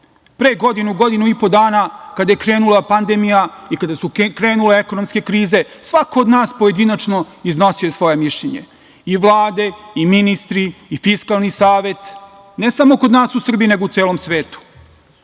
Pre godinu – godinu i po dana, kada je krenula pandemija i kada su krenule ekonomske krize, svako od nas pojedinačno iznosio je svoje mišljenje i Vlade i ministri i Fiskalni savet, ne samo kod nas u Srbiji, nego u celom svetu